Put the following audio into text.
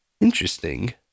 Interesting